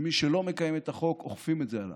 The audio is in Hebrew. ומי שלא מקיים את החוק, אוכפים את זה עליו.